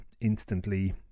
instantly